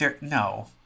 No